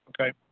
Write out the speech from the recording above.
Okay